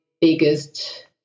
biggest